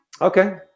Okay